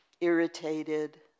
irritated